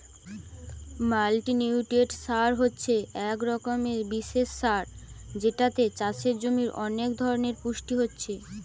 multinutrient সার হচ্ছে এক রকমের বিশেষ সার যেটাতে চাষের জমির অনেক ধরণের পুষ্টি পাচ্ছে